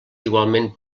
igualment